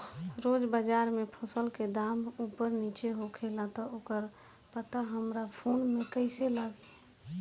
रोज़ बाज़ार मे फसल के दाम ऊपर नीचे होखेला त ओकर पता हमरा फोन मे कैसे लागी?